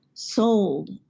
sold